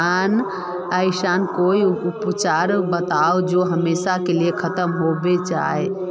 ऐसन कोई उपचार बताऊं जो हमेशा के लिए खत्म होबे जाए?